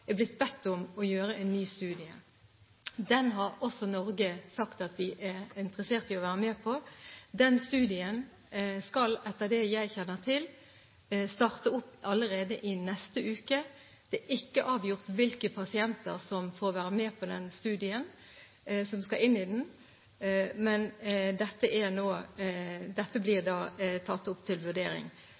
er blitt bedt om å gjøre en ny studie. Norge har sagt at vi er interessert i å være med på den. Den studien skal – etter det jeg kjenner til – starte opp allerede i neste uke. Det er ikke avgjort hvilke pasienter som får være med på denne studien, hvem som skal inn i den, men dette blir tatt opp til vurdering.